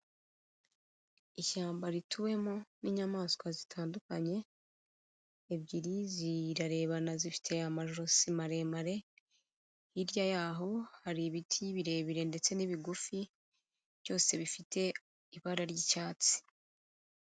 Ishyamba rituwemo n'inyamaswa zitandukanye, ebyiri zirarebana zifite amajosi maremare hirya yaho hari ibiti birebire ndetse n'ibigufi byose bifite ibara ry'icyatsi.